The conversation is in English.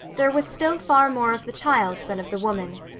there was still far more of the child than of the woman.